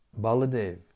Baladev